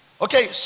Okay